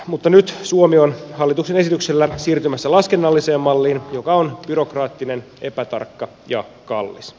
mutta nyt suomi on hallituksen esityksellä siirtymässä laskennalliseen malliin joka on byrokraattinen epätarkka ja kallis